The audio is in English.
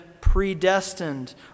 predestined